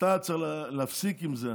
אתה צריך להפסיק עם זה.